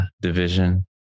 division